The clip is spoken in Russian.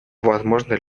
возможно